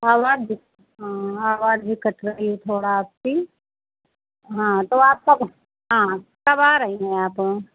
आवाज़ दि हाँ आवाज़ भी कट कर ही थोड़ा आपकी हाँ तो आप सब हाँ सब आ रही हैं आप लोग